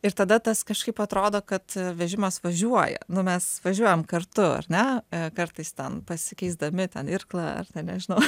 ir tada tas kažkaip atrodo kad vežimas važiuoja nu mes važiuojam kartu ar ne kartais ten pasikeisdami ten irklą ar ten nežinau